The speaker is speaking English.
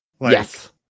Yes